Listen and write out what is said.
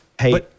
Hey